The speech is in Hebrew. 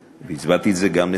והסברתי את זה גם לשר האוצר,